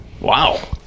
Wow